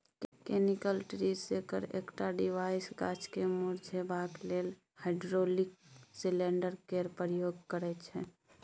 mechanical tree shaker एकटा device गाछ केँ मुरझेबाक लेल हाइड्रोलिक सिलेंडर केर प्रयोग करय छै